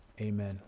amen